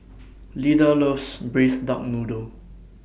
Lyda loves Braised Duck Noodle